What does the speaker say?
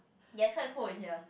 gets quite cold in here